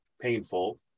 painful